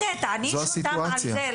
זו הסיטואציה.